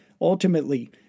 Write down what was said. Ultimately